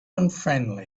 unfriendly